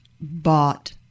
bought